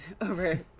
over